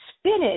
Spinach